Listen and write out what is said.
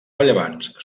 rellevants